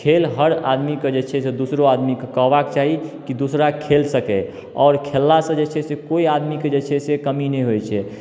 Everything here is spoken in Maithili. खेल हर आदमीके जे छै से दूसरो आदमीके कहबाक चाही कि दूसरा खेल सकै आओर खेललासँ जे छै से केओ आदमीके जे छै से कमी नहि होइत छै